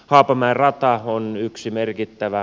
haapamäen rata on yksi merkittävä